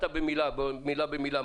גם